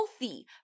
healthy